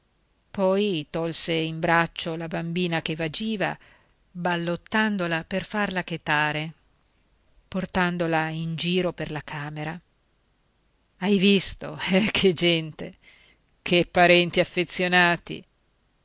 poi tolse in braccio la bambina che vagiva ballottandola per farla chetare portandola in giro per la camera hai visto eh che gente che parenti affezionati